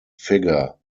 figure